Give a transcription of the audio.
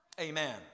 amen